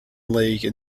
league